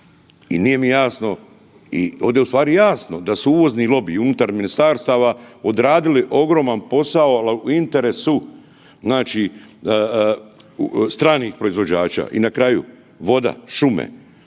I nije mi jasno i ovdje je u stvari jasno da su uvozni lobiji unutar ministarstava odradili ogroman posao, al u interesu znači stranih proizvođača. I na kraju, voda, šume,